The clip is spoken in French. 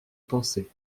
penser